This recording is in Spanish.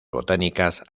botánicas